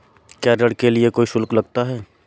क्या ऋण के लिए कोई शुल्क लगता है?